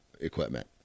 equipment